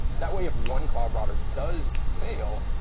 that way if one cloud router does fail,